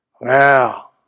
Wow